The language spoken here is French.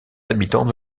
habitants